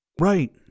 right